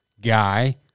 guy